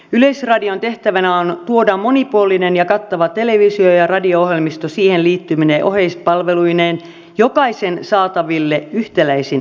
yleisradion tehtävänä on tuoda monipuolinen ja kattava televisio ja radio ohjelmisto siihen liittyvine oheispalveluineen jokaisen saataville yhtäläisin ehdoin